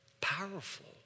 powerful